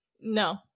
no